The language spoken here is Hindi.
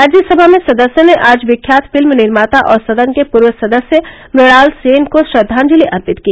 राज्य सभा में सदस्यों ने आज विख्यात फिल्म निर्माता और सदन के पूर्व सदस्य मुणाल सेन को श्रद्वांजलि अर्पित की